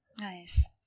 Nice